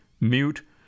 mute